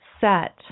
set